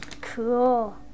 Cool